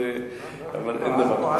אבל אין דבר.